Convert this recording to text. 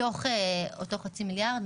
מתוך אותו חצי מיליארד,